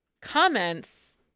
comments